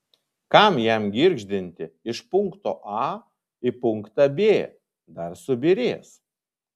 kam jam girgždinti iš punkto a į punktą b dar subyrės